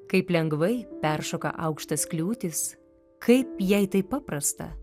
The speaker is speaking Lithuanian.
kaip lengvai peršoka aukštas kliūtis kaip jai taip paprasta